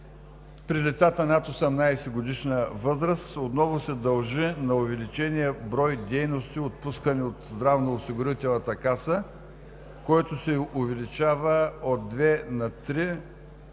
при децата над 18-годишна възраст отново се дължи на увеличения брой дейности, отпускани от Здравноосигурителната каса, който се увеличава от две на три